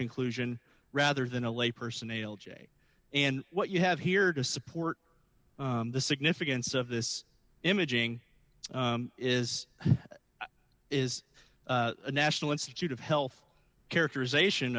conclusion rather than a layperson ale jay and what you have here to support the significance of this imaging is is the national institute of health characterization